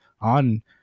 on